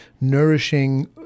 nourishing